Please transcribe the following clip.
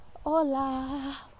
Hola